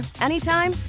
anytime